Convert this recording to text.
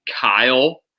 Kyle